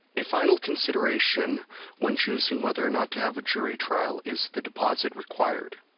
a final consideration when choosing whether or not to have a jury trial is the deposit required.